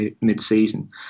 mid-season